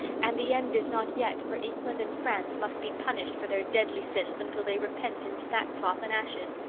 and the end is not yet, for england and france must be punished for their deadly sins until they repent in sackcloth and ashes